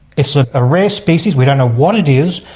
it's a ah rare species, we don't know what it is,